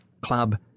club